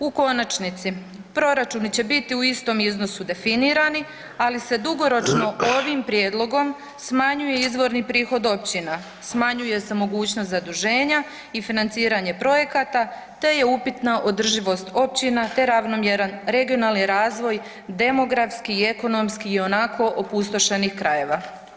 U konačnici proračuni će biti u istom iznosu definirani, ali se dugoročno ovim prijedlogom smanjuje izvorni prihod općina, smanjuje se mogućnost zaduženja i financiranje projekata te upitna održivost općina te ravnomjeran regionalni razvoj, demografski i ekonomski ionako opustošenih krajeva.